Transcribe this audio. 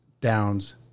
Downs